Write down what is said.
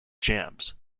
jams